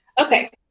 Okay